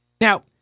Now